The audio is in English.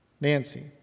Nancy